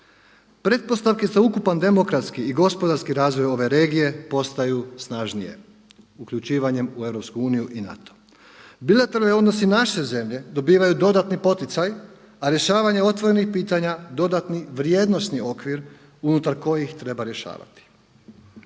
Pretpostavke za ukupan demokratski i gospodarski razvoj ove regije postaju snažnije uključivanjem u EU i NATO. Bilateralni odnosi naše zemlje dobivaju dodani poticaj, a rješavanje otvorenih pitanja dodatni vrijednosni okvir unutar kojih treba rješavati.